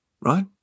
right